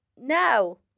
no